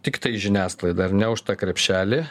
tiktai žiniasklaidą ar ne už tą krepšelį